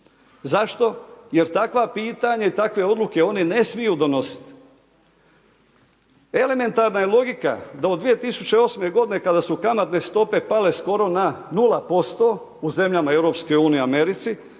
Zašto? Jer takva pitanja i takve odluke oni ne smiju donositi. Elementarna je logika da od 2008. godine kada su kamatne stope pale skoro na 0% u zemljama EU, Americi,